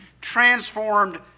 transformed